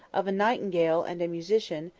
of a nightingale and a musician,